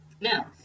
Now